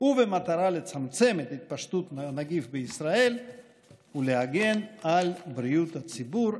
ובמטרה לצמצם את התפשטות הנגיף בישראל ולהגן על בריאות הציבור.